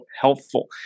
helpful